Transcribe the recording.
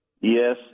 yes